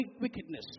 wickedness